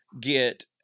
get